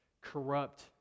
corrupt